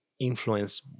influence